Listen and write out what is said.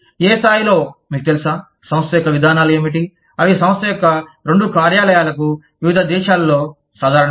ఏ స్థాయిలో మీకు తెలుసా సంస్థ యొక్క విధానాలు ఏమిటి అవి సంస్థ యొక్క రెండు కార్యాలయాలకు వివిధ దేశాలలో సాధారణమా